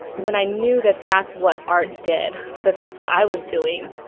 when i knew that that's what art did, that that's what i was doing,